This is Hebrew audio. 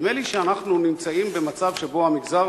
נדמה לי שאנחנו נמצאים במצב שבו המגזר